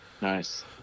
nice